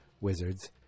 wizards